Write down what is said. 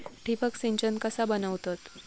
ठिबक सिंचन कसा बनवतत?